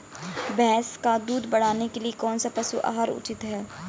भैंस का दूध बढ़ाने के लिए कौनसा पशु आहार उचित है?